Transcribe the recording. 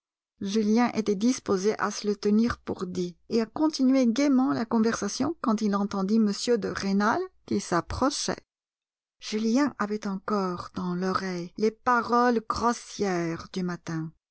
julien était disposé à se le tenir pour dit et à continuer gaiement la conversation quand il entendit m de rênal qui s'approchait julien avait encore dans l'oreille les paroles grossières du matin